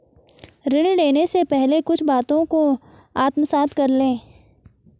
ऋण लेने से पहले कुछ बातों को आत्मसात कर लें